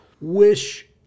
wish